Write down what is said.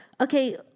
okay